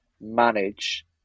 manage